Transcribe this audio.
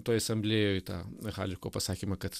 toj asamblėjoj tą haliko pasakymą kad